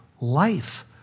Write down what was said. life